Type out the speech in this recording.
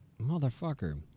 Motherfucker